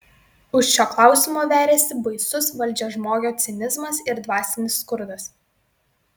už šio klausimo veriasi baisus valdžiažmogio cinizmas ir dvasinis skurdas